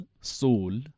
soul